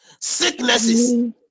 sicknesses